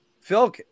Phil